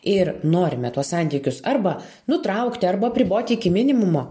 ir norime tuos santykius arba nutraukti arba apriboti iki minimumo